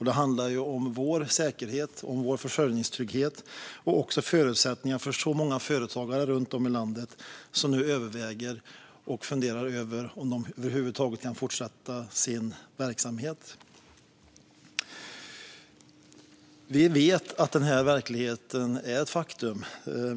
Det handlar ju om vår säkerhet och försörjningstrygghet och om förutsättningarna för många företagare runt om i landet som nu funderar över om de över huvud taget kan fortsätta sin verksamhet. Vi vet att detta är ett faktum.